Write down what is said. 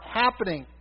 happening